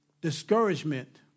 discouragement